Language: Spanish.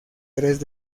tres